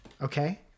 okay